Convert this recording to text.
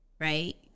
right